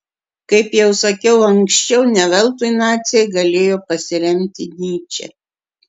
kaip jau sakiau anksčiau ne veltui naciai galėjo pasiremti nyče